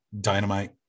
Dynamite